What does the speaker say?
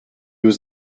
was